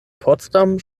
potsdam